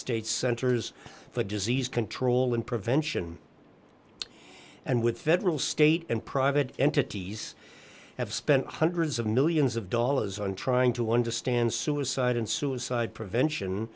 states centers for disease control and prevention and with federal state and private entities have spent hundreds of millions of dollars on trying to understand suicide and suicide prevention